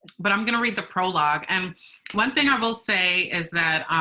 but i'm gonna read the prolouge. and one thing i will say is that.